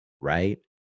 right